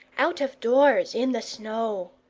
out of doors in the snow.